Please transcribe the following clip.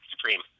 supreme